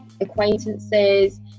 acquaintances